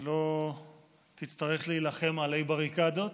שלא תצטרך להילחם עלי בריקדות,